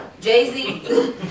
Jay-Z